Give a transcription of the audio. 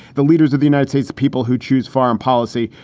the leaders of the united states, the people who choose foreign policy,